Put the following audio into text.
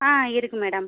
ஆ இருக்கு மேடம்